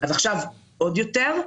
אז עכשיו עוד יותר.